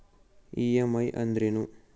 EMI ಅಂದ್ರೇನು?